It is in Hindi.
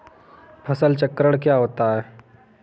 फसल चक्रण क्या होता है?